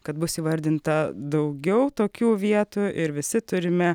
kad bus įvardinta daugiau tokių vietų ir visi turime